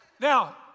Now